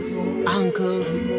uncles